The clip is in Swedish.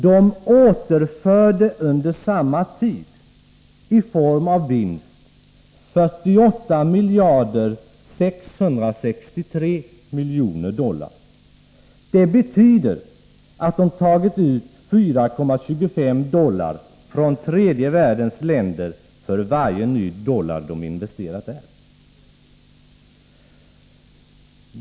De återförde under samma tid i form av vinst 48 663 miljoner dollar. Det betyder att de tagit ut 4,25 dollar från tredje världens länder för varje ny dollar de investerat där.